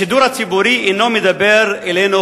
השידור הציבורי אינו מדבר אלינו,